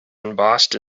embossed